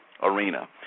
arena